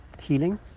healing